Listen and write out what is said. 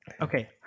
Okay